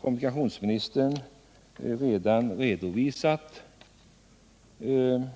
Kommunikationsministern har redovisat regeringens